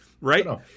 right